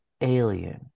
Alien